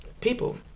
people